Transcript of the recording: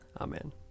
Amen